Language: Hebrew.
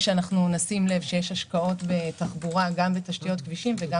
שנשים לב שיש השקעות בתחבורה גם בתשתיות כבישים וגם